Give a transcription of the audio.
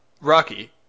Rocky